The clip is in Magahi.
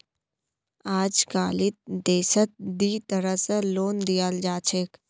अजकालित देशत दी तरह स लोन दियाल जा छेक